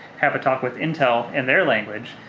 have a talk with intel in their language,